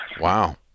Wow